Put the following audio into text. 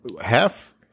Half